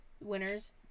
winners